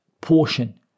portion